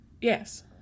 Yes